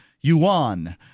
yuan